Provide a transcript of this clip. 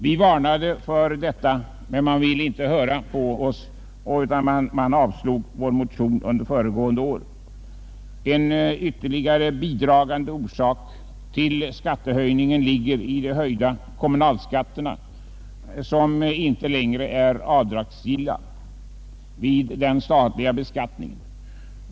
Vi varnade för detta, men man ville inte höra på oss utan avslog vår motion under föregående år. En ytterligare bidragande faktor i samband med skattchöjningarna är de höjda kommunalskatterna, som inte längre är avdragsgilla vid den statliga beskattningen.